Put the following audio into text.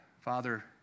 Father